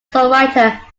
songwriter